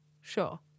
sure